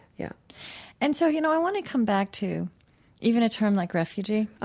yeah and so, you know, i want to come back to even a term like refugee.